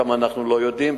כמה אנחנו לא יודעים,